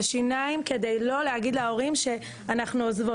בשיניים כדי לא להגיד להורים שאנחנו עוזבות,